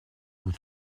vous